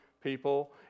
people